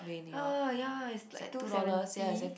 ah ya it's like two seventy